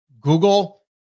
Google